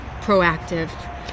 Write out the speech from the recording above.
proactive